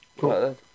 Cool